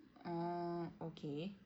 oh okay